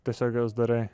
tiesiog juos darai